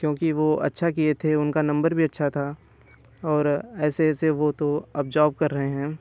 क्योंकि वो अच्छा किए थे उनका नंबर भी अच्छा था और ऐसे ऐसे वो तो अब जॉब कर रहे हैं